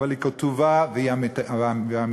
אבל היא כתובה והיא אמיתית: